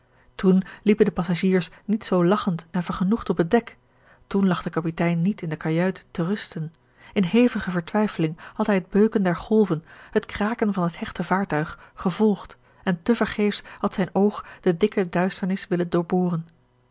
toen liepen de passagiers niet zoo lagchend en vergenoegd op het dek toen lag de kapitein niet in de kajuit te rusten in hevige vertwijfeling had hij het beuken der golven het kraken van het hechte vaartuig gevolgd en te vergeefs had zijn oog de dikke duisternis willen